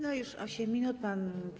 No już 8 minut pan.